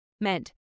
meant